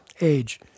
age